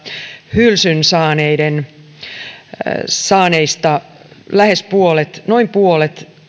hylsyn saaneista noin puolet